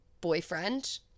boyfriend